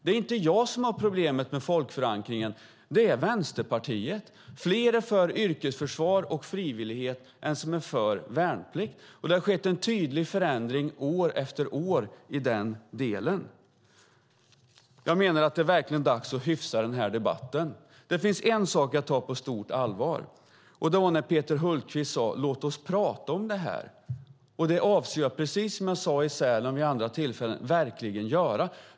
Det är inte jag som har problem med folkförankringen; det är Vänsterpartiet. Det är fler som är för yrkesförsvar och frivillighet än som är för värnplikt. Det har skett en tydlig förändring år efter år. Jag menar att det är dags att hyfsa den här debatten. Något som jag tar på stort allvar är något som Peter Hultqvist sade, nämligen: Låt oss prata om det här. Som jag sade i Sälen avser jag verkligen att göra det.